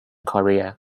korea